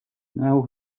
now